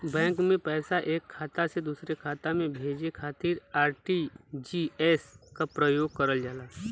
bank में पैसा एक खाता से दूसरे खाता में भेजे खातिर आर.टी.जी.एस क प्रयोग करल जाला